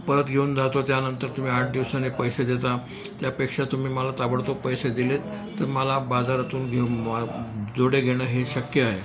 परत घेऊन जातो त्यानंतर तुम्ही आठ दिवसाने पैसे देता त्यापेक्षा तुम्ही मला ताबडतोब पैसे दिले आहेत तर मला बाजारातून घेऊन जोडे घेणं हे शक्य आहे